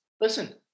Listen